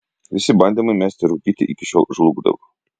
visi bandymai mesti rūkyti iki šiol žlugdavo